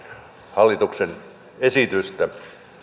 hallituksen esitystä